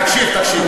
תקשיב, תקשיב.